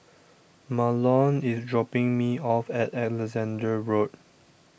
Mahlon is dropping me off at Alexandra Road